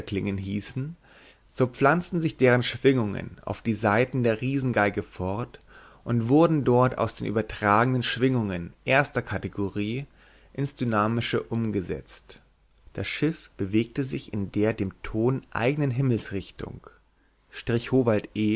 hießen so pflanzten sich deren schwingungen auf die saiten der riesengeige fort und wurden dort aus den übertragenden schwingungen erster kategorie in dynamische umgesetzt das schiff bewegte sich in der dem ton eigenen himmelsrichtung strich howald